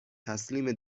تسلیم